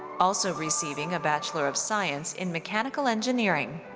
also receiving a bachelor of science in mechanical engineering.